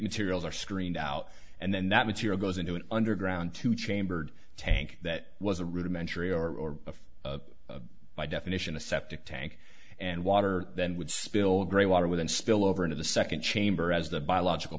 materials are screened out and then that material goes into an underground to chambered tank that was a rudimentary or a by definition a septic tank and water then would spill gray water within spill over into the second chamber as the biological